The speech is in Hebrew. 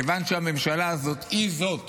מכיוון שהממשלה הזאת היא זאת